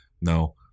no